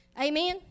Amen